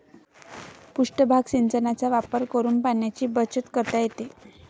पृष्ठभाग सिंचनाचा वापर करून पाण्याची बचत करता येते